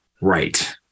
right